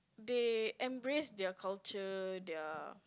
they embrace their culture their